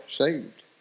saved